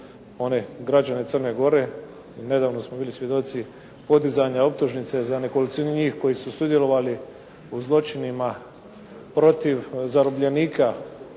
one građane Crne Gore. Nedavno smo bili svjedoci podizanja optužnice za nekolicinu njih koji su sudjelovali u zločinima protiv zarobljenika